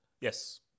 Yes